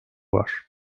var